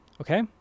okay